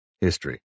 history